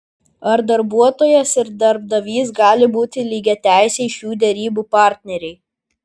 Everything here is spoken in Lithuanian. ar darbuotojas ir darbdavys gali būti lygiateisiai šių derybų partneriai